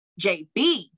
JB